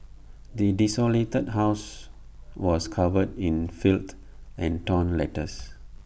the desolated house was covered in filth and torn letters